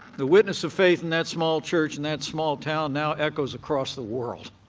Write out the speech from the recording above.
the witness of faith in that small church, in that small town, now echoes across the world.